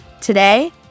Today